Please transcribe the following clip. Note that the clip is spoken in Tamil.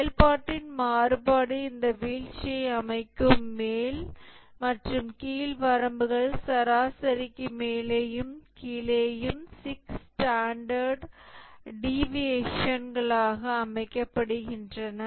செயல்பாட்டின் மாறுபாடு இந்த வீழ்ச்சியை அமைக்கும் மேல் மற்றும் கீழ் வரம்புகள் சராசரிக்கு மேலேயும் கீழேயும் சிக்ஸ் ஸ்டாண்டர்ட் டீவியேஷன்களா அமைக்கப்படுகின்றன